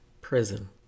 prison